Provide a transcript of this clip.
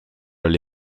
oli